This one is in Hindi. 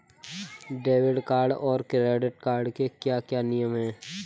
डेबिट कार्ड और क्रेडिट कार्ड के क्या क्या नियम हैं?